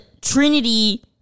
Trinity